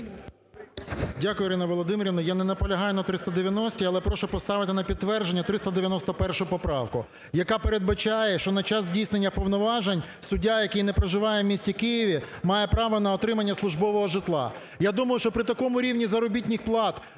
Дякую, Ірина Володимирівна. Я не наполягаю на 390-й, але прошу поставити на підтвердження 391 поправку, яка передбачає, що на час здійснення повноважень суддя, який не проживає у місті Києві, має право на отримання службового житла. Я думаю, що при такому рівні заробітних плат,